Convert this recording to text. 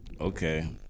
Okay